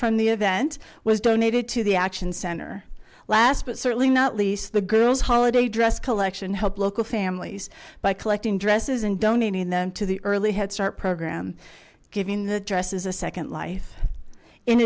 from the event was donated to the action center last but certainly not least the girls holiday dress collection help local families by collecting dresses and donating them to the early head start program given the dresses a second life in